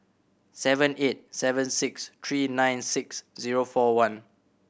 seven eight seven six three nine six zero four one